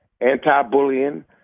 anti-bullying